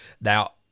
Now